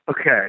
Okay